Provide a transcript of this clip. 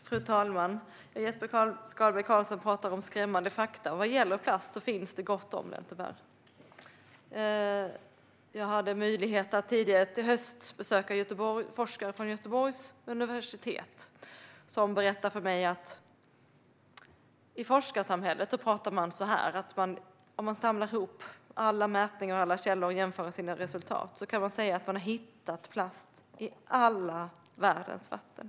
Fru talman! Jesper Skalberg Karlsson pratar om skrämmande fakta, och det finns det tyvärr gott om vad gäller plast. Jag hade möjlighet att tidigare i höst besöka forskare från Göteborgs universitet. De berättade för mig att man i forskarsamhället menar att om man samlar ihop alla mätningar och källor och jämför resultaten kan man säga att man har hittat plast i alla världens vatten.